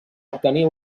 obtenir